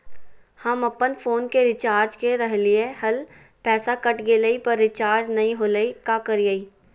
हम अपन फोन के रिचार्ज के रहलिय हल, पैसा कट गेलई, पर रिचार्ज नई होलई, का करियई?